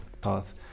path